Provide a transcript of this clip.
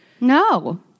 no